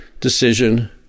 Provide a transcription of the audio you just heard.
decision